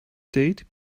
date